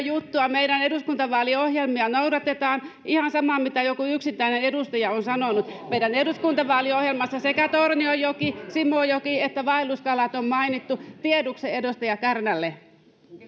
juttua meidän eduskuntavaaliohjelmiamme noudatetaan ihan sama mitä joku yksittäinen edustaja on sanonut meidän eduskuntavaaliohjelmassamme sekä tornionjoki simojoki että vaelluskalat on mainittu tiedoksi edustaja kärnälle